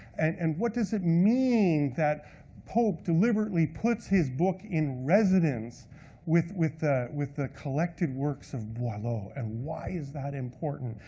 and and what does it mean that pope deliberately puts his book in residence with with the with the collected works of boileau, and why is that important?